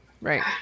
Right